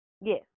yes